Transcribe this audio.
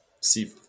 see